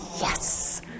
yes